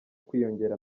kwiyongera